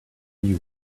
you